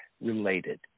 related